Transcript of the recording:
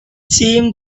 seemed